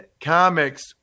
Comics